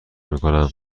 میکنم